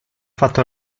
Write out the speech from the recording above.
fatto